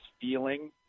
feeling